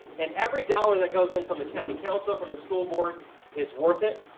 and every dollar that goes in from the county council, from the school board is worth it.